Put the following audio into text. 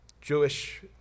Jewish